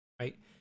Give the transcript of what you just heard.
right